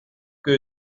que